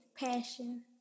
Passion